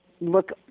look